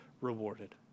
rewarded